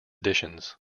editions